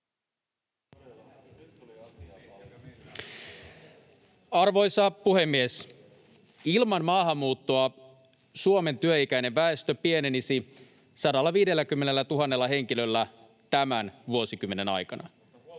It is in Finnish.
Arvoisa puhemies! Ilman maahanmuuttoa Suomen työikäinen väestö pienenisi yli 150 000 henkilöllä tämän vuosikymmenen aikana.